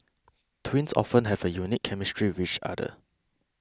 twins often have a unique chemistry with each other